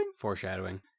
Foreshadowing